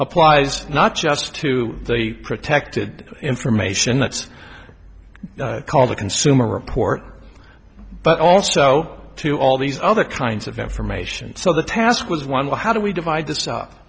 applies not just to the protected information that's called a consumer report but also to all these other kinds of information so the task was one well how do we divide th